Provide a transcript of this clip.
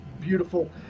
beautiful